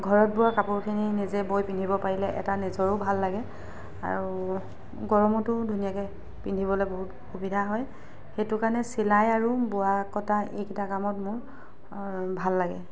ঘৰত বোৱা কাপোৰখিনি নিজে বৈ পিন্ধিব পাৰিলে এটা নিজৰো ভাল লাগে আৰু গৰমতো ধুনীয়াকৈ পিন্ধিবলৈ বহুত সুবিধা হয় সেইটো কাৰণে চিলাই আৰু বোৱা কটা এই কেইটা কামত মোৰ ভাল লাগে